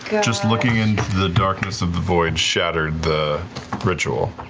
just looking into the darkness of the void shattered the ritual.